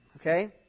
Okay